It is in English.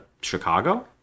Chicago